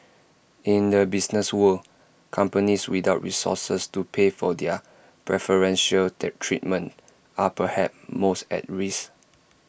in the business world companies without resources to pay for their preferential treatment are perhaps most at risk